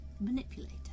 manipulator